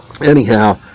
anyhow